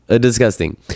disgusting